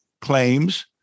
Claims